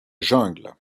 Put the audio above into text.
jungle